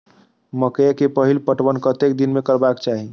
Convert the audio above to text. मकेय के पहिल पटवन कतेक दिन में करबाक चाही?